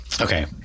Okay